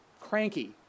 cranky